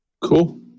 cool